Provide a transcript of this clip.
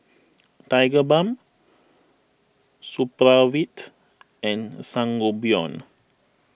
Tigerbalm Supravit and Sangobion